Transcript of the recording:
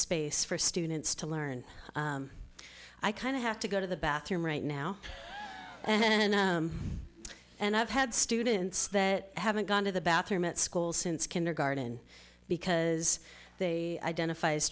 space for students to learn i kind of have to go to the bathroom right now and and i've had students that haven't gone to the bathroom at school since kindergarten because they identif